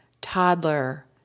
toddler